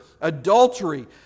adultery